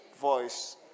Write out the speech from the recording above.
voice